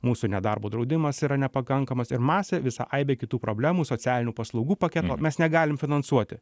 mūsų nedarbo draudimas yra nepakankamas ir masė visa aibė kitų problemų socialinių paslaugų paketo mes negalim finansuoti